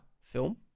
film